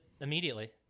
immediately